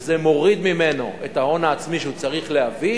זה מוריד ממנו את ההון העצמי שהוא צריך להביא,